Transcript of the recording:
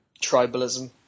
Tribalism